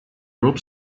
group